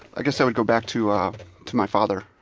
i guess i would go back to ah to my father